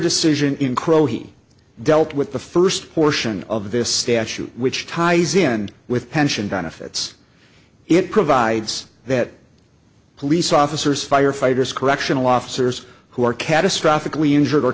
decision in crow he dealt with the first portion of this statute which ties in with pension benefits it provides that police officers firefighters correctional officers who are catastrophic we injured or